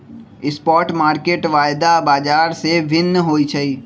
spot market वायदा बाजार से भिन्न होइ छइ